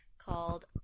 called